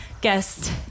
guest